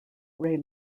ray